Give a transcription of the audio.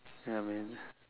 ya man